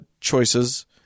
choices